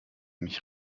mich